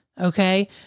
Okay